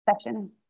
session